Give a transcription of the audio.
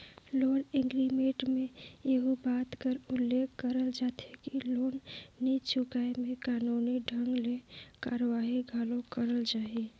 loan agreement में एहू बात कर उल्लेख करल जाथे कि लोन नी चुकाय में कानूनी ढंग ले कारवाही घलो करल जाही